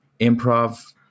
improv